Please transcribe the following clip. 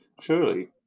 surely